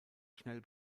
schnell